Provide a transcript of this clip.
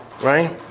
right